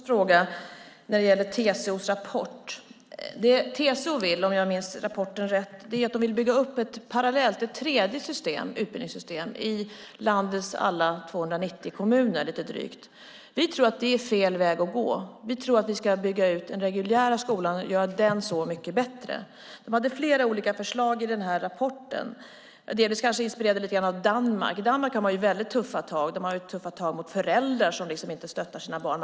Fru talman! Jag vill tacka för en intressant debatt. Jag ska svara på Ylva Johanssons fråga om TCO:s rapport. Det TCO vill, om jag minns rapporten rätt, är att bygga upp ett parallellt tredje utbildningssystem i landets alla drygt 290 kommuner. Vi tror att det är fel väg att gå. Vi ska bygga ut den reguljära skolan och göra den så mycket bättre. De hade flera olika förslag i rapporten som kanske delvis var inspirerade lite grann av Danmark. I Danmark har man tuffa tag mot föräldrar som inte stöttar sina barn.